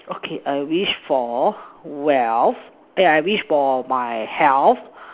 okay I wish for wealth but I wish for my health